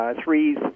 three